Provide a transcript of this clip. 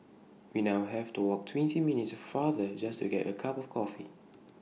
we now have to walk twenty minutes farther just to get A cup of coffee